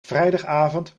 vrijdagavond